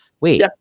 Wait